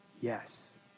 Yes